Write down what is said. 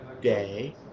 day